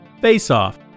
Face-Off